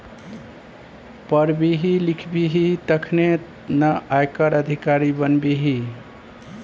पढ़बिही लिखबिही तखने न आयकर अधिकारी बनबिही